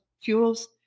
fuels